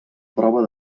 prova